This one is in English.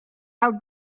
how